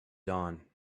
dawn